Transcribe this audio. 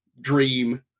Dream